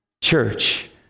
church